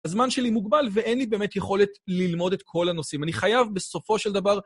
הזמן שלי מוגבל ואין לי באמת יכולת ללמוד את כל הנושאים. אני חייב בסופו של דבר...